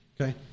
Okay